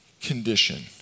condition